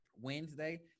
Wednesday